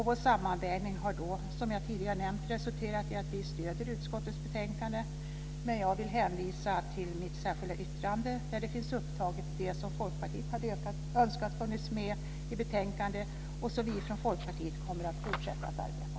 Vår sammanvägning har, som jag tidigare nämnt, resulterat i att vi stöder utskottets betänkande. Jag vill dock hänvisa till mitt särskilda yttrande, där det finns upptaget det som Folkpartiet hade önskat funnits med i betänkandet och som vi från Folkpartiet kommer att fortsätta att arbeta för.